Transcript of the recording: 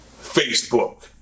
Facebook